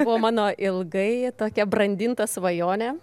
buvo mano ilgai tokia brandinta svajonė